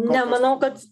nemanau kad